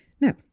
Now